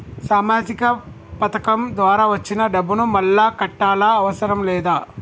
సామాజిక పథకం ద్వారా వచ్చిన డబ్బును మళ్ళా కట్టాలా అవసరం లేదా?